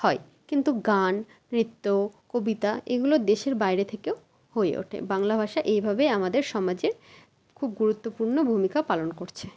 হয় কিন্তু গান নৃত্য কবিতা এগুলো দেশের বাইরে থেকেও হয়ে ওঠে বাংলা ভাষা এইভাবে আমাদের সমাজে খুব গুরুত্বপূর্ণ ভূমিকা পালন করছে